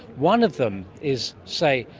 one of them is, say,